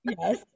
yes